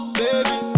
baby